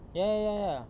ya ya ya ya